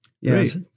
yes